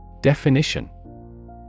Definition